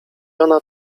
ona